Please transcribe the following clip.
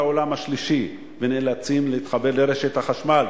עולם שלישי ונאלצים להתחבר לרשת החשמל